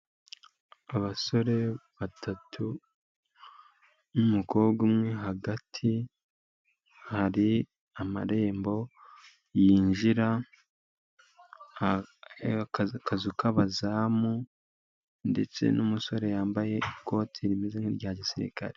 Abasore batatu n'umukobwa umwe hagati, hari amarembo yinjira akazu k'abazamu ndetse n'umusore yambaye ikoti rimeze nk'irya gisirikare.